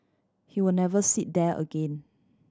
he will never sit there again